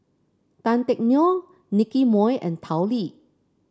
Tan Teck Neo Nicky Moey and Tao Li